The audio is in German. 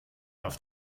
auf